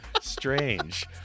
strange